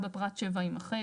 (4) פרט (7) - יימחק.